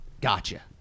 Gotcha